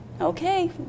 Okay